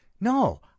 no